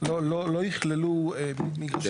לא יכללו --- כן,